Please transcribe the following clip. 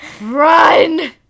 run